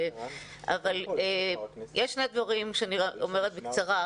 אבל יש שני דברים שאני אומרת בקצרה,